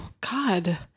god